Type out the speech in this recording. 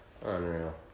unreal